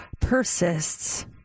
persists